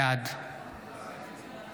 בעד